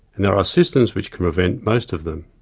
and there are systems which can prevent most of them.